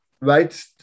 right